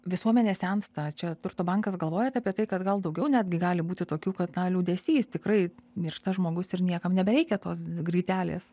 visuomenė sensta čia turto bankas galvojate apie tai kad gal daugiau netgi gali būti tokių kad na liūdesys tikrai miršta žmogus ir niekam nebereikia tos grytelės